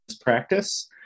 practice